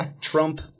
Trump